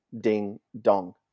ding-dong